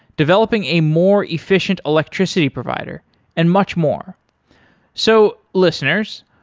developing a more efficient electricity provider and much more so listeners,